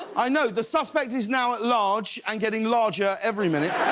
i know! the suspect is now at large. and getting larger every minute.